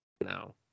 no